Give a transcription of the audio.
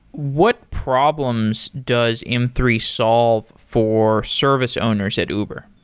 what problems does m three solve for service owners at uber?